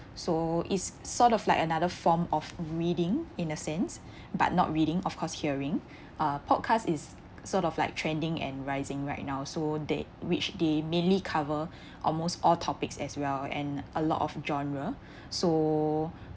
so it's sort of like another form of reading in a sense but not reading of course hearing uh podcast is sort of like trending and rising right now so they which they mainly cover almost all topics as well and a lot of genre so